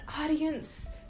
audience